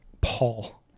Paul